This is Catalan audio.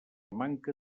manca